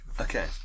Okay